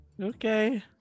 Okay